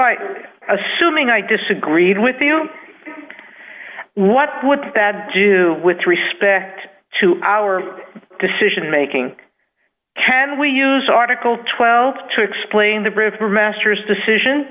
i assuming i disagreed with you what would that do with respect to our decision making can we use article twelve one to explain the proof for a master's decision